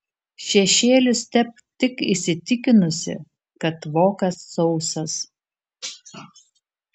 šešėlius tepk tik įsitikinusi kad vokas sausas